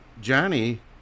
Johnny